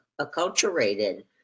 acculturated